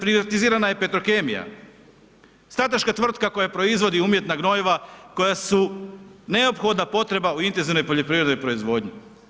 Privatizirana je Petrokemija, strateška tvrtka koja proizvodi umjetna gnojiva koja su neophodna potrebna u intenzivnoj poljoprivrednoj proizvodnji.